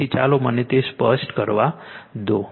તેથી ચાલો મને તે સ્પષ્ટ કરવા દો